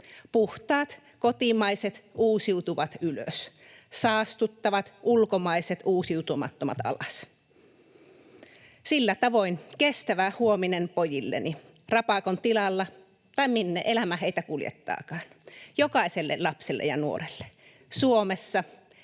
Puhtaat, kotimaiset, uusiutuvat ylös — saastuttavat, ulkomaiset, uusiutumattomat alas. Sillä tavoin kestävä huominen pojilleni Rapakon tilalla tai jossain muualla, minne elämä heitä kuljettaakaan — jokaiselle lapselle ja nuorelle Suomessa,